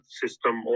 system